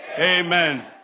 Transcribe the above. Amen